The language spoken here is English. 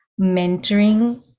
mentoring